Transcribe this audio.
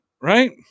right